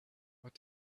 what